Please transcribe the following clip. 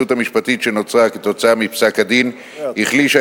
המציאות המשפטית שנוצרה בשל פסק-הדין החלישה